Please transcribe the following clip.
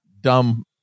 dumb